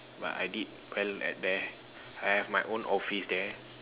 but I did well at there I have my own office there